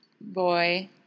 boy